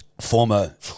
Former